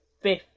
fifth